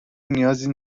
نیازی